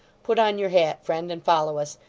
put on your hat, friend, and follow us,